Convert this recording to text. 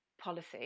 policy